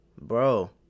Bro